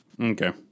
Okay